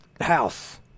house